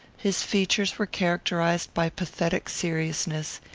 his features were characterized by pathetic seriousness,